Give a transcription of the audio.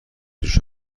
جوش